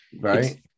Right